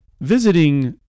Visiting